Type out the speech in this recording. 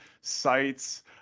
sites